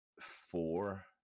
four